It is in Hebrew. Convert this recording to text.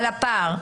על הפער?